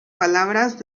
palabras